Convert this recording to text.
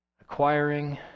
acquiring